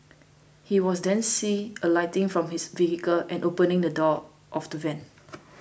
he was then see alighting from his vehicle and opening the door of the van